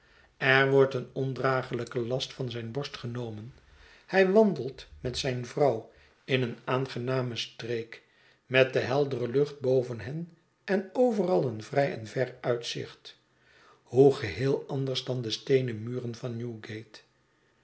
er wordt een ondragelijke last van zijn borst genomen hij wandelt met zijn vrouw in een aangename streek met de heldere lucht boven hen en overal een vrij en ver uitzicht hoe geheel anders dan de steenen muren van